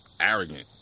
arrogant